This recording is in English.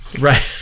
Right